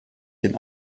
den